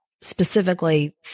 specifically